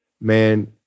man